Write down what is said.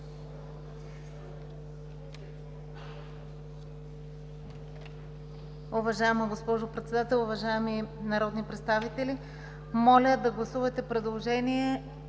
Уважаема, госпожо Председател, уважаеми народни представители! Моля, да гласувате предложение: